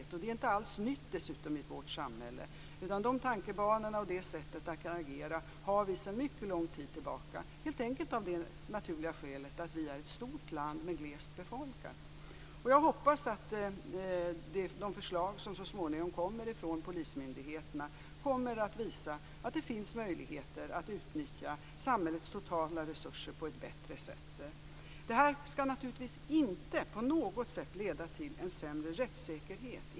Det är dessutom inte alls nytt i vårt samhälle, utan de tankebanorna och det sättet att agera har vi sedan mycket lång tid tillbaka, helt enkelt av det naturliga skälet att Sverige är ett stort land men glest befolkat. Jag hoppas att de förslag som så småningom kommer från polismyndigheterna kommer att visa att det finns möjligheter att utnyttja samhällets totala resurser på ett bättre sätt. Detta skall naturligtvis inte på något sätt leda till en sämre rättssäkerhet.